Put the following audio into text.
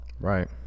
Right